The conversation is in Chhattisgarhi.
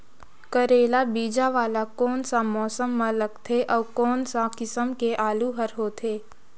करेला बीजा वाला कोन सा मौसम म लगथे अउ कोन सा किसम के आलू हर होथे?